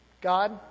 God